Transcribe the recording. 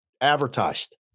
advertised